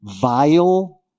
vile